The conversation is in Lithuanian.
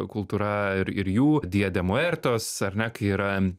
kultūra ir ir jų dia de muertos ar ne kai yra